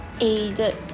Aided